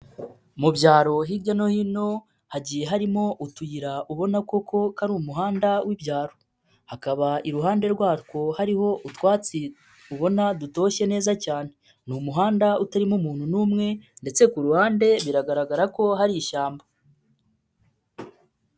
Mu byaro hirya no hino hagiye harimo utuyira ubona koko ka ari umuhanda w'ibyaro, hakaba iruhande rwatwo hariho utwatsi ubona dutoshye neza cyane, ni umuhanda utarimo umuntu n'umwe ndetse kuru ruhande biragaragara ko hari ishyamba.